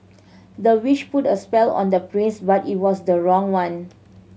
the witch put a spell on the prince but it was the wrong one